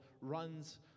runs